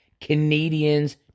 Canadians